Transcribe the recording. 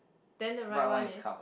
then the right one is